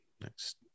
next